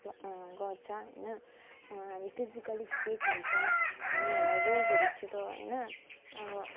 गर्छ होइन हामी फिजिकली फिट हुन्छ हामीहरूलाई रोगहरू छिटो होइन अब